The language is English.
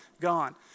gone